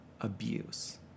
abuse